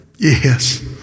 Yes